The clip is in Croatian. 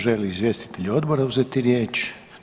Žele li izvjestitelji odbora uzeti riječ?